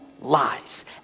lives